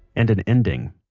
and an ending.